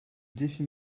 défi